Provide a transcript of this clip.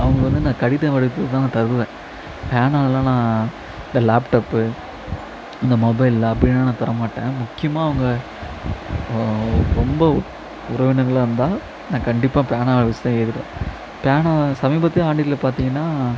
அவங்க வந்து நான் கடிதம் எழுதி தான் நான் தருவேன் பேனாவெலலாம் நான் அந்த லேப்டாப்பு இந்த மொபைல் அப்படிலாம் நான் தர மாட்டேன் முக்கியமாக அவங்க ரொம்ப உறவினர்களாக இருந்தால் நான் கண்டிப்பாக பேனாவை வைச்சுதான் எழுதுவேன் பேனாவை சமீபத்திய ஆண்டுகளில் பார்த்தீங்கனா